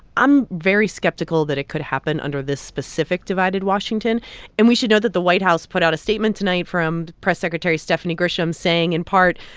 i'm very skeptical that it could happen under this specific divided washington and we should note that the white house put out a statement tonight from press secretary stephanie grisham, saying, in part,